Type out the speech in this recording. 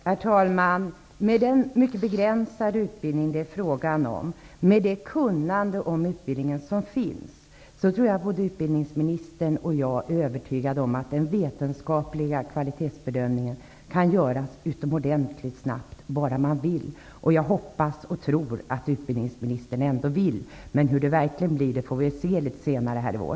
Herr talman! Med den begränsade tillgången till denna utbildning och det kunnande som finns om utbildningen, tror jag att utbildningsminstern och jag är övertygade om att den vetenskapliga kvalitetsbedömningen kan göras snabbt. Jag hoppas och tror att utbildningsministern ändå vill detta. Hur det verkligen blir får vi väl se litet senare i vår.